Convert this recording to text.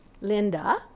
Linda